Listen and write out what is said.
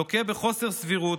לוקה בחוסר סבירות,